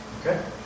Okay